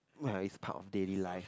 well it is part of daily life